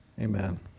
Amen